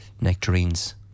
nectarines